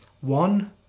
One